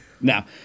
now